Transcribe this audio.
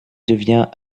devient